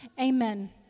amen